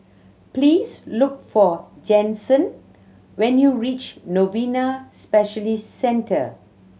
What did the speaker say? please look for Jensen when you reach Novena Specialist Centre